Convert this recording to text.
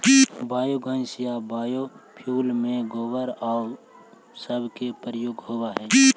biogas या biofuel में गोबर आउ सब के प्रयोग होवऽ हई